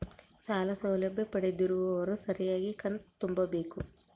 ಸಾಲ ಸೌಲಭ್ಯ ಪಡೆದಿರುವವರು ಸರಿಯಾಗಿ ಕಂತು ತುಂಬಬೇಕು?